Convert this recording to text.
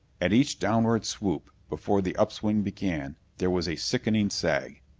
at each downward swoop, before the upswing began, there was a sickening sag.